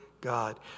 God